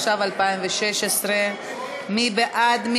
התשע"ו 2016. מי בעד?